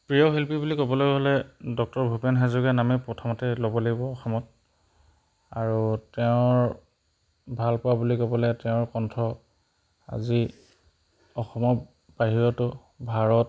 প্ৰিয় শিল্পী বুলি ক'বলৈ হ'লে ডক্টৰ ভূপেন হাজৰিকাৰ নামেই প্ৰথমতে ল'ব লাগিব অসমত আৰু তেওঁৰ ভাল পোৱা বুলি ক'বলৈ তেওঁৰ কণ্ঠ আজি অসমৰ বাহিৰতো ভাৰত